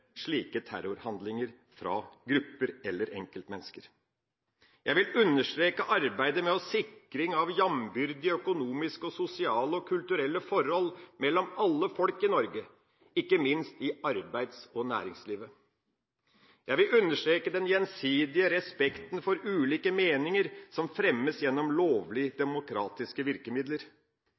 slike terrorhandlinger fra grupper eller enkeltmennesker. Jeg vil understreke arbeidet med sikring av jambyrdige økonomiske, sosiale og kulturelle forhold mellom alle folk i Norge, ikke minst i arbeids- og næringslivet. Jeg vil understreke den gjensidige respekten for ulike meninger som fremmes gjennom lovlige demokratiske virkemidler,